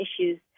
issues